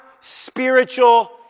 spiritual